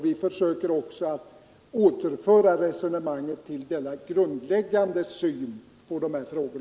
Vi försöker återföra resonemanget till denna grundsyn även i dessa frågor.